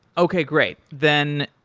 okay, great. then,